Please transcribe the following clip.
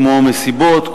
כמו מסיבות,